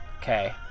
Okay